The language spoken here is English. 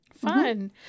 fun